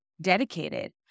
dedicated